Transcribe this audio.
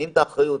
האחריות,